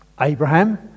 Abraham